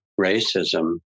racism